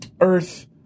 earth